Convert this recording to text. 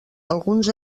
alguns